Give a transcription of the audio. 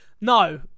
no